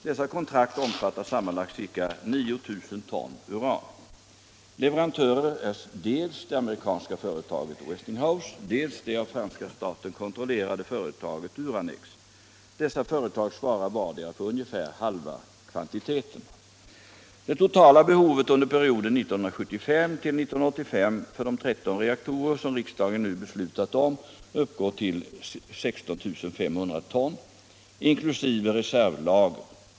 Dessa kontrakt omfattar sammanlagt ca 9 000 ton uran. Leverantörer är dels det amerikanska företaget Westinghouse, dels det av franska staten kontrollerade företaget Uranex. Dessa företag svarar vartdera för ungefär halva kvantiteten. Det totala behovet under perioden 1975-1985 för de 13 reaktorer som riksdagen nu beslutat om uppgår till 16 500 ton, inkl. reservlager.